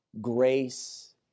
Grace